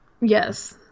Yes